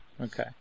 Okay